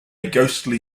ghostly